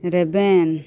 ᱨᱮᱵᱮᱱ